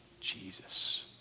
Jesus